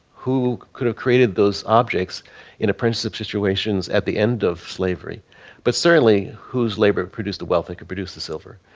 who could have created those objects in apprenticeship situations at the end of slavery but certainly whose labor produced the wealth it could produce the silver.